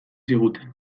ziguten